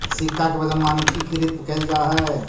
सिक्का के वजन मानकीकृत कैल जा हई